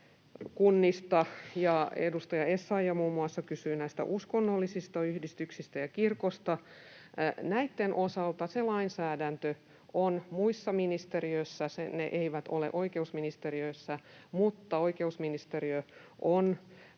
tiekunnista, ja edustaja Essayah kysyi muun muassa näistä uskonnollisista yhdistyksistä ja kirkosta. Näitten osalta lainsäädäntö on muissa ministeriöissä. Ne eivät ole oikeusministeriössä, mutta oikeusministeriö on